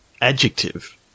adjective